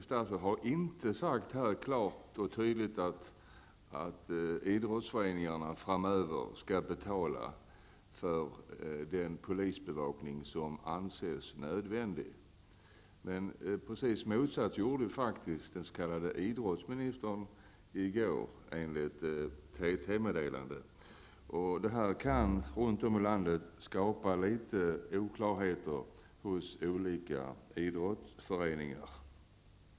Statsrådet har inte sagt här klart och tydligt att idrottsföreningarna framöver skall betala för den polisbevakning som anses nödvändig, men precis motsatsen gjorde faktiskt den s.k. idrottsministern i går, enligt ett TT-meddelande. Det här kan skapa oklarheter hos idrottsföreningar runt om i landet.